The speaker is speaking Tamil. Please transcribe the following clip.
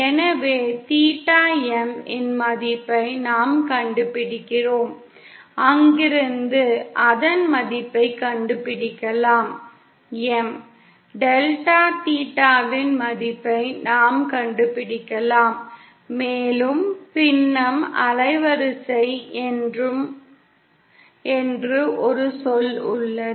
எனவே தீட்டா M இன் மதிப்பை நாம் கண்டுபிடிக்கிறோம் அங்கிருந்து அதன் மதிப்பைக் கண்டுபிடிக்கலாம் M டெல்டா தீட்டாவின் மதிப்பை நாம் கண்டுபிடிக்கலாம் மேலும் அலைவரிசை என்று ஒரு சொல் உள்ளது